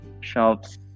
shops